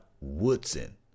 Woodson